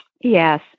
Yes